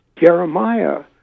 Jeremiah